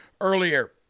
earlier